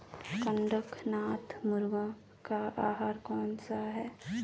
कड़कनाथ मुर्गे का आहार कौन सा है?